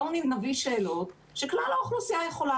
בואו נביא שאלות שכלל האוכלוסייה יכולה